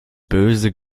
böse